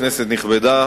כנסת נכבדה,